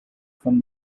from